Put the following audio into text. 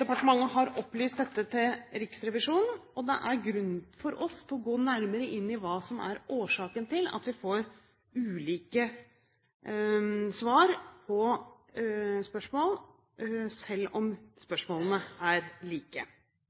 Departementet har opplyst dette til Riksrevisjonen, og det er grunn for oss til å gå nærmere inn i hva som er årsaken til at vi får ulike svar på spørsmål, selv om spørsmålene er like.